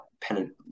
pen